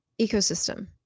ecosystem